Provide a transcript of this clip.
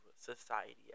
society